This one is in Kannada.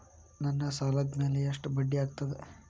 ನನ್ನ ಸಾಲದ್ ಮ್ಯಾಲೆ ಎಷ್ಟ ಬಡ್ಡಿ ಆಗ್ತದ?